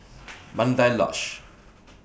Mandai Lodge